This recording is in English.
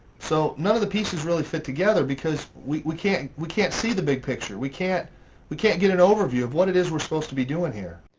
so none of the pieces really fit together because we we can't we can't see the big picture. we can't we can't get an overview of what it is we're supposed to be doing here.